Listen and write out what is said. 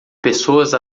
pessoas